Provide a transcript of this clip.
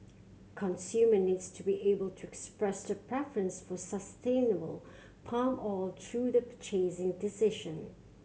consumer needs to be able to express their preference for sustainable palm oil through their purchasing decision